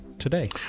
Today